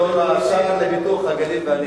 בתור השר לפיתוח הנגב והגליל.